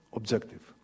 objective